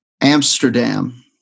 Amsterdam